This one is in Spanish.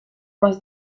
más